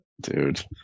dude